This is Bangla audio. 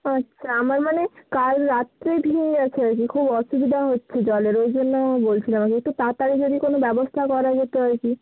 আচ্ছা আমার মানে কাল রাত্রে ভেঙে গেছে আর কি খুব অসুবিধা হচ্ছে জলের ওই জন্য আমি বলছিলাম আর কি একটু তাড়াতাড়ি যদি ব্যবস্থা করা যেত আর কি